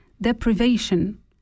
deprivation